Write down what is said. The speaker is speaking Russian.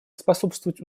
способствовать